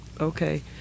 Okay